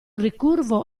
ricurvo